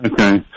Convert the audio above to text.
Okay